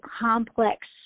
complex